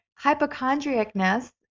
hypochondriacness